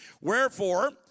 Wherefore